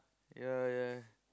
ya ya